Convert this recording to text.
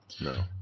No